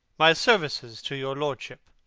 my services to your lordship.